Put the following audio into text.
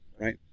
right